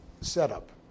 setup